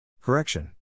Correction